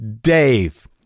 Dave